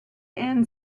end